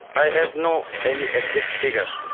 i have no any exact figure,